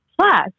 Plus